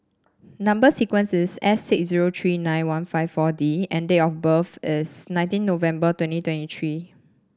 number sequence is S six zero three nine one five four D and date of birth is nineteen November twenty twenty three